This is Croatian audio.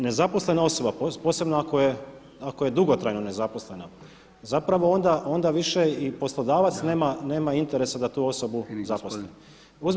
Nezaposlena osoba posebno ako je dugotrajno nezaposlena zapravo onda više i poslodavac nema interesa da tu osobu zaposli.